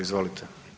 Izvolite.